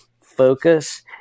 focus